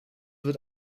wird